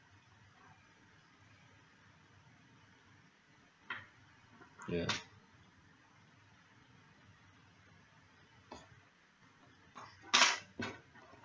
ya